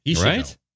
Right